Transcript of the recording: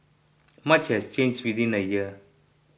much has change within a year